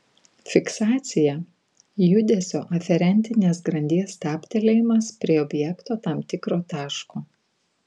fiksacija judesio aferentinės grandies stabtelėjimas prie objekto tam tikro taško